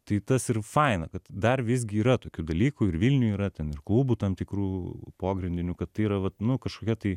tai tas ir faina kad dar visgi yra tokių dalykų ir vilniuj yra ten ir klubų tam tikrų pogrindinių kad tai yra vat nu kažkokia tai